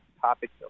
topics